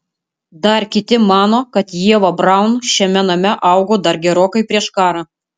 dar kiti mano kad ieva braun šiame name augo dar gerokai prieš karą